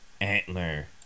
antler